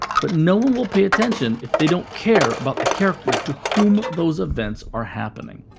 but no one will pay attention if they don't care about the character to whom those events are happening.